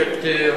הכנסת,